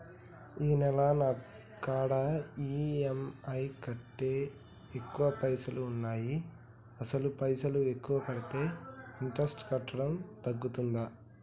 ఈ నెల నా కాడా ఈ.ఎమ్.ఐ కంటే ఎక్కువ పైసల్ ఉన్నాయి అసలు పైసల్ ఎక్కువ కడితే ఇంట్రెస్ట్ కట్టుడు తగ్గుతదా?